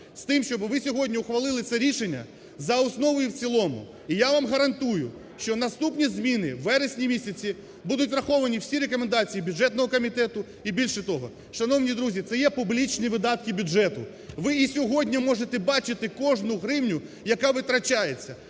з тим, щоби ви сьогодні ухвалили це рішення за основу і в цілому. І я вам гарантую, що наступні зміни у вересні місяці будуть враховані всі рекомендації бюджетного комітету. І більше того, шановні друзі, це є публічні видатки бюджету, ви і сьогодні може бачити кожну гривню, яка витрачається.